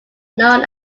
known